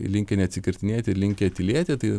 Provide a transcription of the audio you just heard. linkę neatsikirtinėti ir linkę tylėti tai